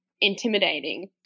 intimidating